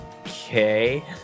okay